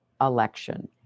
election